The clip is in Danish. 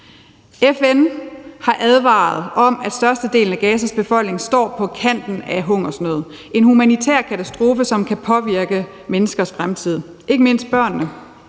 FN har advaret om, at størstedelen af Gazas befolkning står på kanten af hungersnød; en humanitær katastrofe, som kan påvirke menneskers fremtid, ikke mindst børnene.